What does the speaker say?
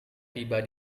tiba